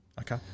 Okay